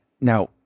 now